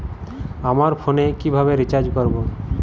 আমার ফোনে কিভাবে রিচার্জ করবো?